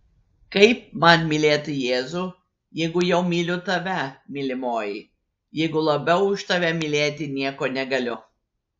kaip man mylėti jėzų jeigu jau myliu tave mylimoji jeigu labiau už tave mylėti nieko negaliu